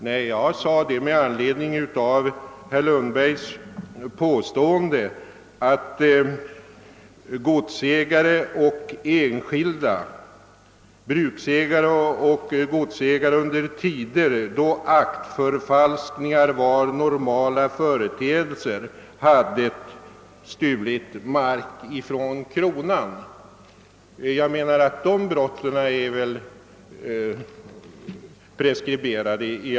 Nej, jag yttrade mig med anledning av herr Lundbergs påstående att bruksägare och godsägare under tider, då aktförfalskningar var normala företeelser, hade stulit mark från kronan. Jag menar att dessa brott i alla händelser är preskriberade nu.